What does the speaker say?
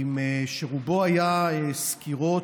שרובו היה סקירות,